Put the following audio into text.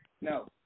no